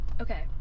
okay